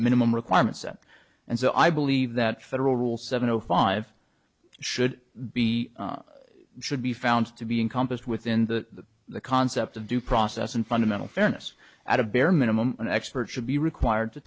minimum requirements and so i believe that federal rule seven o five should be should be found to be encompassed within the the concept of due process and fundamental fairness at a bare minimum an expert should be required to